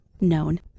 known